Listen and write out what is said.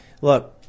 Look